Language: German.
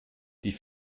die